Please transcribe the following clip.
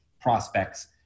prospects